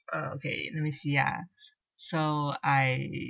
oh okay let me see ya so I